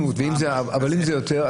אם זה יותר?